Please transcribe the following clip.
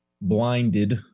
blinded